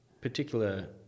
particular